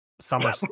summer